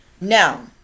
Now